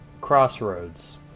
crossroads